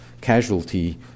casualty